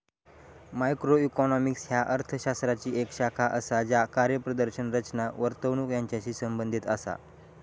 macroeconomics ह्या अर्थ शास्त्राची येक शाखा असा ज्या कार्यप्रदर्शन, रचना, वर्तणूक यांचाशी संबंधित असा